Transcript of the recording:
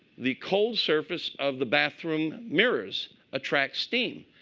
the cold surface of the bathroom mirrors attract steam.